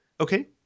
Okay